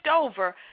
over